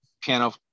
piano